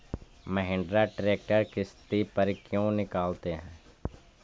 Mahindra tractor किसति पर क्यों निकालते हैं?